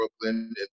Brooklyn